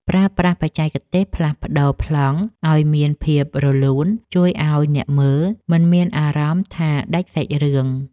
ប្រើប្រាស់បច្ចេកទេសផ្លាស់ប្តូរប្លង់ឱ្យមានភាពរលូនជួយឱ្យអ្នកមើលមិនមានអារម្មណ៍ថាដាច់សាច់រឿង។